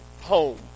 home